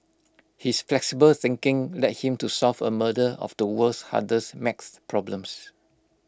his flexible thinking led him to solve A murder of the world's hardest max problems